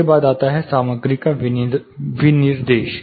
इसके बाद आता है सामग्री का विनिर्देश